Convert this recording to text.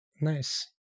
nice